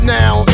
now